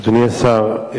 אדוני השר,